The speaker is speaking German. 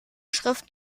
schrift